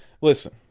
Listen